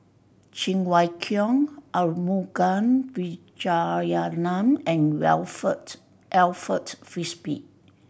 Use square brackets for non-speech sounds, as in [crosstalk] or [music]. Cheng Wai Keung Arumugam Vijiaratnam and [unintelligible] Alfred Frisby